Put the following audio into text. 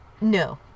No